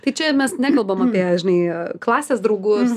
tai čia mes nekalbam apie žinai klasės draugus